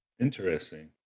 interesting